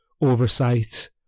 oversight